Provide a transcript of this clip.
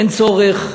אין צורך.